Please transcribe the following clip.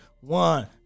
One